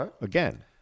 Again